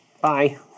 Bye